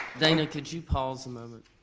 dana, could you pause a moment?